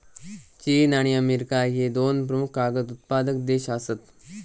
चीन आणि अमेरिका ह्ये दोन प्रमुख कागद उत्पादक देश आसत